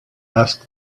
asked